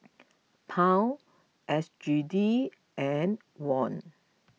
Pound S G D and Won